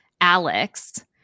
Alex